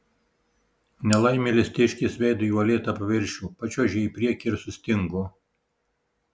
nelaimėlis tėškės veidu į uolėtą paviršių pačiuožė į priekį ir sustingo